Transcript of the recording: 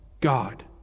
God